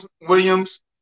Williams